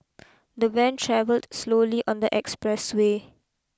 the van travelled slowly on the express way